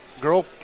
girl